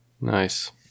Nice